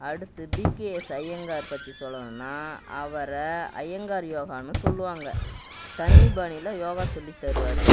அடுத்து பிகேஎஸ் ஐயங்கார் பற்றி சொல்லணுன்னால் அவரை ஐயங்கார் யோகான்னு சொல்லுவாங்க தனி பாணியில் யோகா சொல்லித் தருவார்